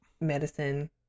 medicine